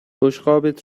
بشقابت